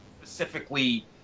specifically